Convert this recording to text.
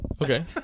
Okay